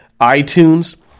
iTunes